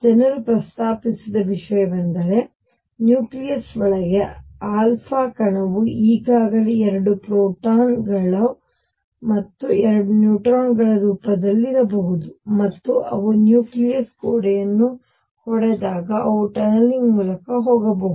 ಜನರು ಪ್ರಸ್ತಾಪಿಸಿದ ವಿಷಯವೆಂದರೆ ನ್ಯೂಕ್ಲಿಯಸ್ ಒಳಗೆ α ಕಣವು ಈಗಾಗಲೇ 2 ಪ್ರೋಟಾನ್ಗಳ 2 ನ್ಯೂಟ್ರಾನ್ಗಳ ರೂಪದಲ್ಲಿರಬಹುದು ಮತ್ತು ಅವು ನ್ಯೂಕ್ಲಿಯಸ್ ಗೋಡೆಯನ್ನು ಹೊಡೆದಾಗ ಅವು ಟನಲಿಂಗ್ ಮೂಲಕ ಹೋಗಬಹುದು